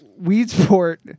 Weedsport